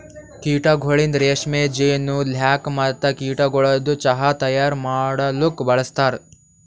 ಕೀಟಗೊಳಿಂದ್ ರೇಷ್ಮೆ, ಜೇನು, ಲ್ಯಾಕ್ ಮತ್ತ ಕೀಟಗೊಳದು ಚಾಹ್ ತೈಯಾರ್ ಮಾಡಲೂಕ್ ಬಳಸ್ತಾರ್